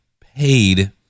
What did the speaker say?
paid